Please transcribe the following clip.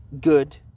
good